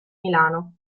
milano